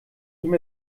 nicht